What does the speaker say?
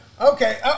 okay